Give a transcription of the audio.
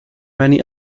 many